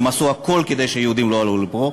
הם עשו הכול כדי שיהודים לא יעלו לפה.